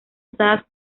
usadas